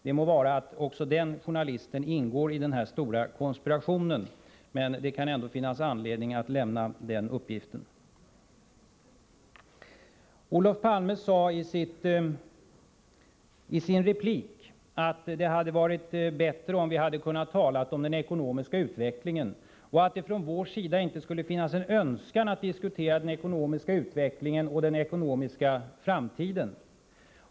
Det må vara att också den journalisten ingår i den här stora konspirationen, men det kan ändå finnas anledning att lämna denna uppgift. Olof Palme sade i sin replik att det hade varit bättre om vi kunnat tala om den ekonomiska utvecklingen och att det från vår sida inte skulle finnas en önskan att diskutera den ekonomiska utvecklingen och den ekonomiska framtiden.